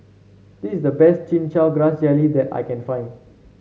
this the best Chin Chow Grass Jelly that I can find